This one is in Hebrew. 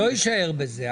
לא יישאר בזה,